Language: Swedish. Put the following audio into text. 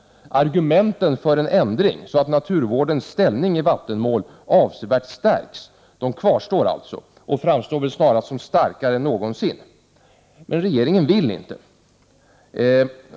Argumenten för en ändring, så att naturvårdens ställning i vattenmål avsevärt stärks, kvarstår alltså och framstår väl snarast som starkare än någonsin. Men regeringen vill inte.